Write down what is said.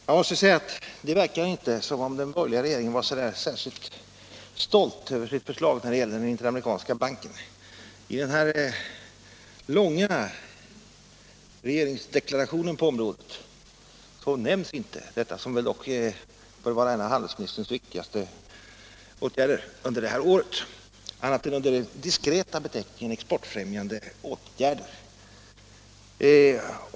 Herr talman! Jag måste säga att det inte verkar som om den borgerliga regeringen var särskilt stolt över sitt förslag när det gäller den interamerikanska banken. I den långa regeringsdeklarationen på området nämns inte detta — som dock bör vara en av handelsministerns viktigaste åtgärder under det här året — annat än under den diskreta beteckningen ”exportfrämjande åtgärder”.